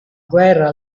guerra